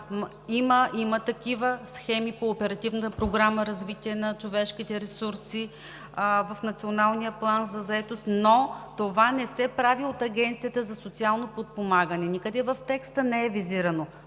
има такива схеми по Оперативна програма „Развитие на човешките ресурси“, в Националния план за действие по заетостта, но това не се прави от Агенцията за социално подпомагане. Никъде в текста не е визирано.